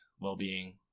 well-being